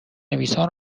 نویسان